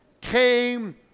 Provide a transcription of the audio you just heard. came